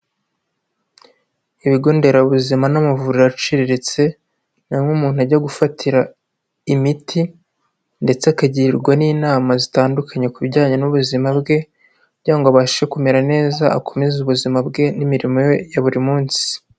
Ibigo nderabuzima n'amavuriro aciriritse ni aho umuntu ajya gufatira imiti ndetse akagirwa n'inama zitandukanye ku bijyanye n'ubuzima bwe kugira ngo abashe kumera neza akomeze ubuzima bwe n'imirimo ye ya buri munsi.